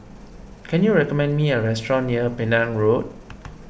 can you recommend me a restaurant near Penang Road